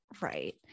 Right